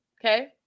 Okay